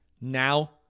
Now